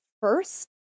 first